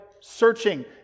searching